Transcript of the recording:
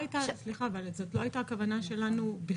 סליחה, אבל זאת לא הייתה הכוונה שלנו בכלל.